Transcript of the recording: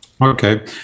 Okay